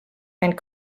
and